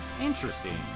Interesting